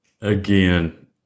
Again